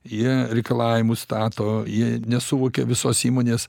jie reikalavimus stato jie nesuvokia visos įmonės